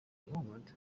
moment